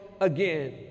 again